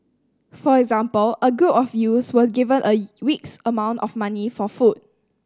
for example a group of youths were given a week's amount of money for food